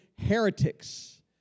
heretics